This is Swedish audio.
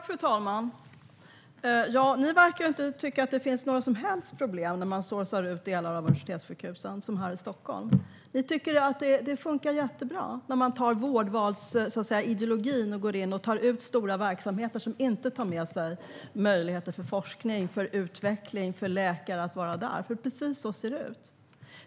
Fru talman! Ni verkar inte tycka att det finns några som helst problem med att "sourca ut" delar av universitetssjukhusen, som man har gjort här i Stockholm. Ni tycker att det funkar jättebra att med vårdvalsideologin gå in och ta ut stora verksamheter som inte tar med sig möjligheter till forskning och utveckling eller möjligheter för läkare att vara där. Det är nämligen precis så det ser ut.